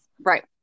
right